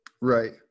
Right